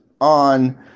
on